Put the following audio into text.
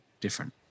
different